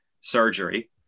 surgery